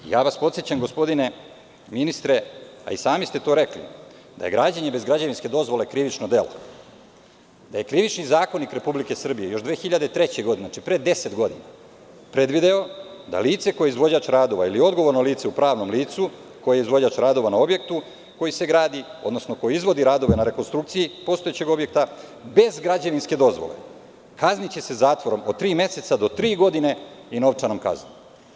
Podsećam vas, gospodine ministre, a i sami ste to rekli, da je građenje bez građevinske dozvole krivično delo, da je Krivični zakonik Republike Srbije još 2003. godine, znači pre 10 godina, predvideo da lice koje je izvođač radova ili odgovorno lice u pravnom licu koje je izvođač radova na objektu koji se gradi, odnosno koji izvodi radove na rekonstrukciji postojećeg objekta, bez građevinske dozvole, kazniće se zatvorom od tri meseca do tri godine i novčanom kaznom.